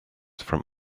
from